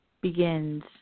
begins